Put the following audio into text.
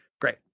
Great